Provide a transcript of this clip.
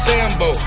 Sambo